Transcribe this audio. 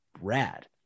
rad